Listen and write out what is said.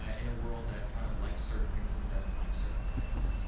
ah in a world that kind of likes certain things and doesn't like certain things.